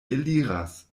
eliras